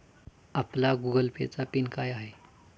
आपला Google Pay चा pin काय आहे?